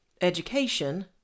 education